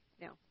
No